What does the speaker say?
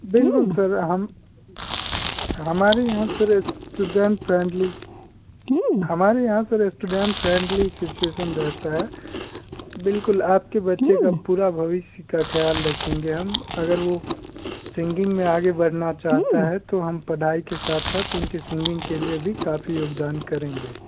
बिल्कुल सर हम हमारे यहाँ स्टूडेंट फ्रेंडली हमारे यहाँ पर स्टूडेंट फ्रेंडली सिचुएशन रहता है बिल्कुल आपके बच्चे का पूरा भविष्य का ख़याल रखेंगे हम अगर वो सिंगिंग में आगे बढ़ना चाहता है तो हम पढ़ाई के साथ साथ उनकी सिंगिंग के लिए भी काफ़ी योगदान करेंगे